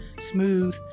smooth